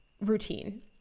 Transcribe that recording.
routine